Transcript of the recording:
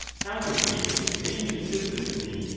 how can we, with any consistency,